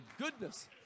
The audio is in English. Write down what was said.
goodness